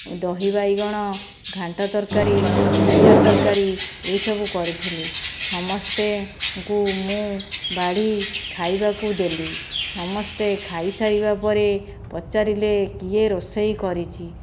ଦହି ବାଇଗଣ ଘାଣ୍ଟ ତରକାରୀ ମିକ୍ସଚର୍ ତରକାରୀ ଏହିସବୁ କରିଥିଲି ସମସ୍ତଙ୍କୁ ମୁଁ ବାଢ଼ି ଖାଇବାକୁ ଦେଲି ସମସ୍ତେ ଖାଇସାରିବାପରେ ପଚାରିଲେ କିଏ ରୋଷେଇ କରିଛି